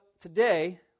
today